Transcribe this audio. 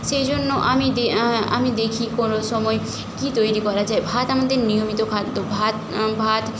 সেই জন্য আমি দে আমি দেখি কোনো সময় কী তৈরি করা যায় ভাত আমাদের নিয়মিত খাদ্য ভাত ভাত